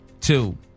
two